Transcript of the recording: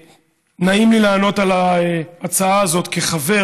נעים לי לענות על ההצעה הזאת כחבר